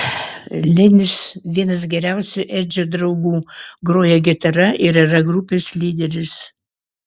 lenis vienas geriausių edžio draugų groja gitara ir yra grupės lyderis